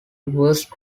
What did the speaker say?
reverse